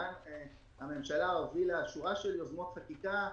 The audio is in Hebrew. הממשלה הובילה שורה של יוזמות חקיקה,